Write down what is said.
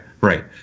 right